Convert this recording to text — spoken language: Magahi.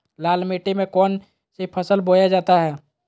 लाल मिट्टी में कौन सी फसल बोया जाता हैं?